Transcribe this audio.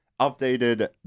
updated